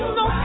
no